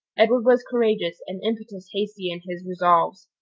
edward was courageous and impetuous hasty in his resolves,